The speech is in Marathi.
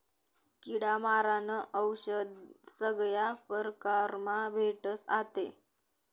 किडा मारानं औशद सगया परकारमा भेटस आते